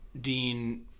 Dean